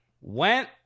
Went